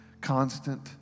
constant